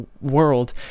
world